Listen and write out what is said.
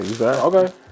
Okay